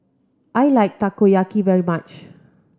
I like Takoyaki very much